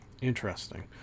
Interesting